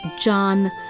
John